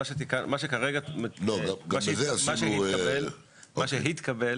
מה שהתקבל